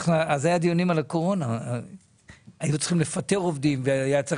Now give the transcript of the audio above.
אני מצטרף גם למה שקורה פה בסדר היום: יוקר המחיה